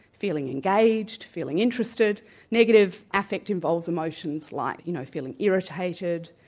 feeling engaged, feeling interested negative affect involves emotions like you know, feeling irritated,